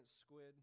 squid